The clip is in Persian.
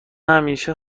همیشه